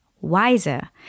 wiser